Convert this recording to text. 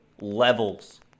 levels